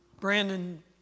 Brandon